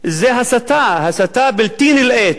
זה הסתה, הסתה בלתי נלאית.